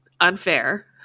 unfair